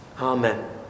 Amen